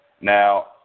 Now